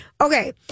Okay